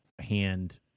hand